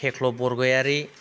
थेख्ल' बरगयारि